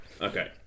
Okay